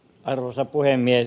arvoisa puhemies